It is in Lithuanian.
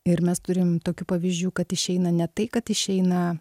ir mes turim tokių pavyzdžių kad išeina ne tai kad išeina